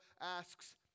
asks